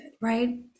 right